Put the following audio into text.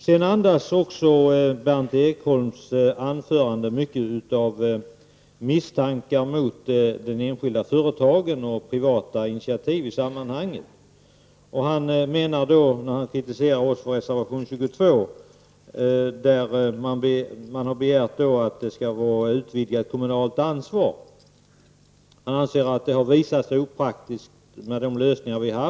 Sedan andas Berndt Ekholms anförande mycket av misstankar mot de enskilda företagen och mot privata initiativ i sammanhanget. Han kritiserar oss för reservation 22 som gäller utvidgat kommunalt ansvar. Han anser att de lösningar som vi har haft har varit opraktiska.